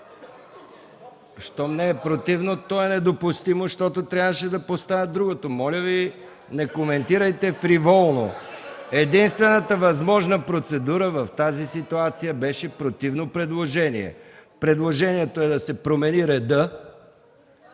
Щом не е противно, то е недопустимо, защото трябваше да поставя на гласуване другото. Моля Ви, не коментирайте фриволно! Единствената възможна процедура в тази ситуация беше противно предложение. Предложението е да се промени реда.